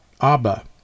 Abba